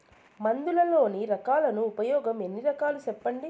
మందులలోని రకాలను ఉపయోగం ఎన్ని రకాలు? సెప్పండి?